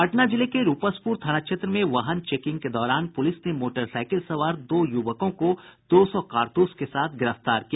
पटना जिले के रूपसपुर थाना क्षेत्र में वाहन चेकिंग के दौरान पुलिस ने मोटरसाईकिल सवार दो युवकों को दो सौ कारतूस के साथ गिरफ्तार किया